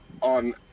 on